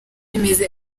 bimeze